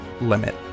limit